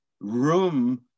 room